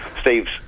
Steve's